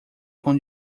com